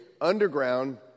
Underground